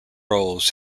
roles